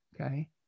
Okay